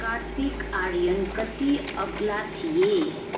कार्तिक आर्यन कति अग्ला थिए